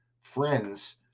friends